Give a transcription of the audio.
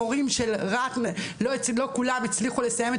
המורים של רהט לא כולם הצליחו לסיים את